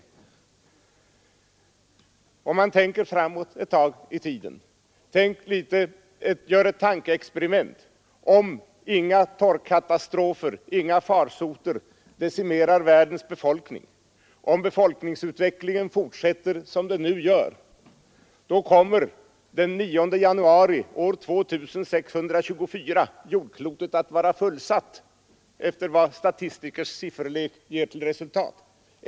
Låt oss tänka framåt i tiden ett tag och göra tankeexperimentet att inga torrkatastrofer och inga farsoter decimerar världens befolkning och att befolkningsutvecklingen fortsätter som den nu gör. Då kommer den 9 januari år 2624 jordklotet att vara fullsatt, efter vad statistikers sifferlek ger till resultat.